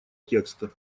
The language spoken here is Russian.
текста